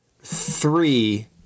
three